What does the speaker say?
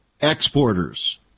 exporters